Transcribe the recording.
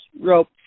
rope